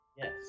Yes